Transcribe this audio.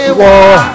war